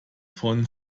von